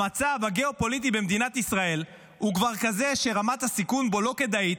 המצב הגיאופוליטי במדינת ישראל הוא כבר כזה שרמת הסיכון בו לא כדאית,